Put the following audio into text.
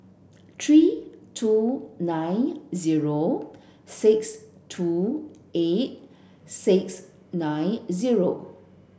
three two nine zero six two eight six nine zero